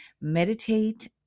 meditate